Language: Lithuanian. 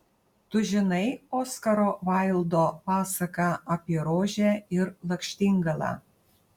tu žinai oskaro vaildo pasaką apie rožę ir lakštingalą